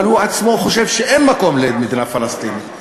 אבל הוא עצמו חושב שאין מקום למדינה פלסטינית.